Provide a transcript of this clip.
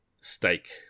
steak